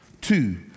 Two